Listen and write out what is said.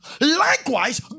Likewise